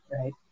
right